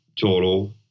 total